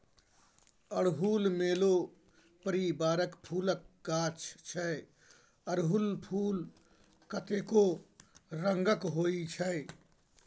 अड़हुल मेलो परिबारक फुलक गाछ छै अरहुल फुल कतेको रंगक होइ छै